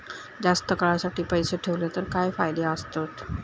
जास्त काळासाठी पैसे ठेवले तर काय फायदे आसत?